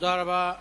תודה רבה.